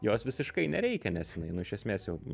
jos visiškai nereikia nes jinai nu iš esmės jau